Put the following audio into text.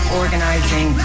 organizing